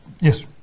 yes